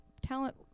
talent